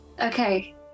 okay